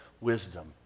wisdom